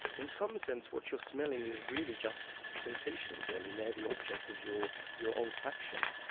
in some sense what you're smelling is really just sensations. i mean they're the object of your your olfaction.